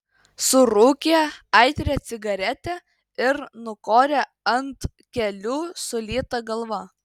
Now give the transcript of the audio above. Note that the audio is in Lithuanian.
surūkė aitrią cigaretę ir nukorė ant kelių sulytą galvą